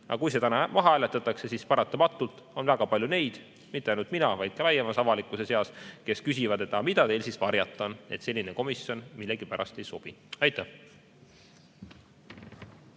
Kui see täna maha hääletatakse, siis on paratamatult väga palju neid – mitte ainult mina, vaid ka laiema avalikkuse seas –, kes küsivad: "Mida teil siis varjata on, et selline komisjon millegipärast ei sobi?" Aitäh!